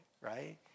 right